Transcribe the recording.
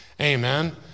Amen